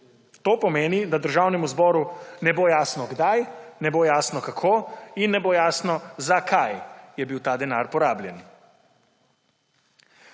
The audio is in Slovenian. To pomeni, da Državnemu zboru ne bo jasno, kdaj, ne bo jasno, kako, in ne bo jasno, za kaj je bil ta denar porabljen.